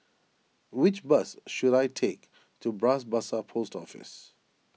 which bus should I take to Bras Basah Post Office